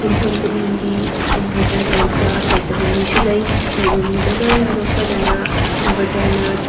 ꯌꯨꯝꯊꯣꯡ ꯈꯨꯗꯤꯡꯒꯤ ꯏꯟꯚꯔꯇꯔ ꯂꯩꯕ ꯂꯩꯇꯕ ꯃꯤꯁꯨ ꯂꯩ ꯂꯩꯕ ꯃꯤꯗꯅ ꯂꯥꯏꯕꯛ ꯐꯗꯅ ꯏꯟꯚꯔꯇꯔꯅ